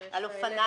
על אופניים.